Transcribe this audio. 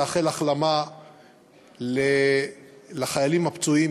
לאחל החלמה לחיילים הפצועים,